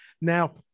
Now